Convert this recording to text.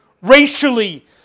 Racially